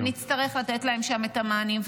-- ונצטרך לתת להם שם את המענים.